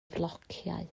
flociau